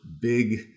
big